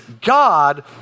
God